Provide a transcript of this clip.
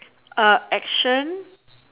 uh action